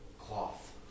cloth